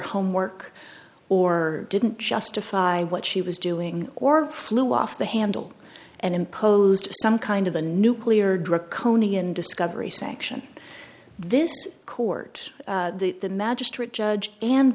homework or didn't justify what she was doing or flew off the handle and imposed some kind of the nuclear draconian discovery sanction this court that the magistrate judge and